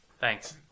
Thanks